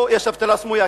או שיש אבטלה סמויה,